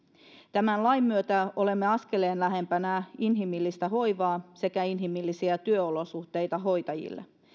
tämän lain myötä olemme askeleen lähempänä inhimillistä hoivaa sekä inhimillisiä työolosuhteita hoitajille